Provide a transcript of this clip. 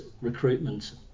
recruitment